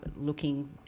looking